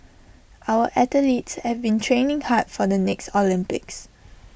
our athletes have been training hard for the next Olympics